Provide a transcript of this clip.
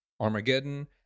Armageddon